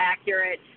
accurate